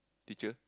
teacher